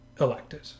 elected